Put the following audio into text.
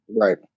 Right